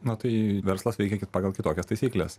na tai verslas veikia pagal kitokias taisykles